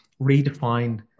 redefine